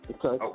Okay